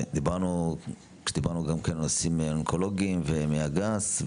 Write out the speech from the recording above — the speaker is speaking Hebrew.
כשדיברנו על חולים אונקולוגים והמעי הגס,